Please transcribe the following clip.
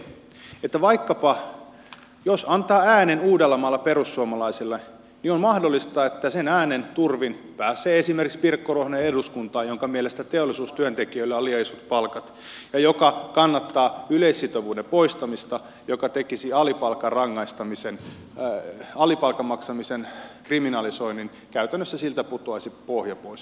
mutta nyt tilanne on se että jos vaikkapa antaa äänen uudellamaalla perussuomalaisille niin on mahdollista että sen äänen turvin eduskuntaan pääsee esimerkiksi pirkko ruohonen lerner jonka mielestä teollisuustyöntekijöillä on liian isot palkat ja joka kannattaa yleissitovuuden poistamista joka käytännössä pudottaisi alipalkan maksamisen kriminalisoinnilta pohjan pois